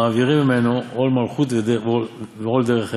מעבירין ממנו עול מלכות ועול דרך ארץ,